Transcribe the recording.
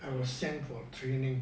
I was sent for training